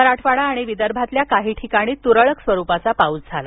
मराठवाडा आणि विदर्भातील काही ठिकाणी तुरळक स्वरूपाचा पाऊस झाला